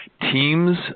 teams